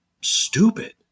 stupid